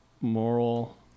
moral